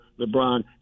LeBron